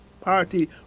Party